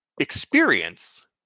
experience